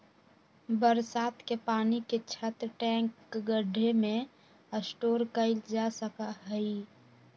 बरसात के पानी के छत, टैंक, गढ्ढे में स्टोर कइल जा सका हई